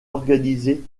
organisé